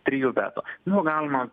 trijų veto nuo galima